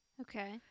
Okay